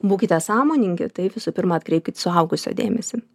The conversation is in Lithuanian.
būkite sąmoningi tai visų pirma atkreipkit suaugusio dėmesį